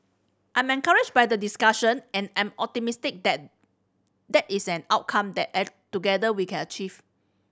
I'm encouraged by the discussion and I am optimistic that that is an outcome that together we can achieve